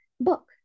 book